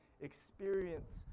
experience